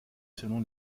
selon